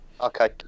okay